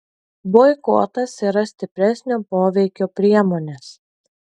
boikotas yra stipresnio poveikio priemonės